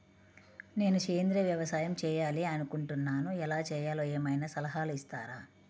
నేను సేంద్రియ వ్యవసాయం చేయాలి అని అనుకుంటున్నాను, ఎలా చేయాలో ఏమయినా సలహాలు ఇస్తారా?